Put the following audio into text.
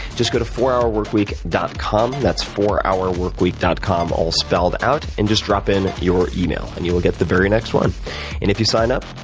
just go to fourhourworkweek dot com, that's fourhourworkweek dot com all spelled out and just drop in your email. and you'll get the very next one. and if you sign up,